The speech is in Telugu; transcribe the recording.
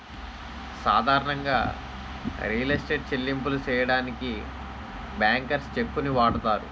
సాధారణంగా రియల్ ఎస్టేట్ చెల్లింపులు సెయ్యడానికి బ్యాంకర్స్ చెక్కుని వాడతారు